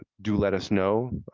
ah do let us know.